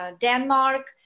Denmark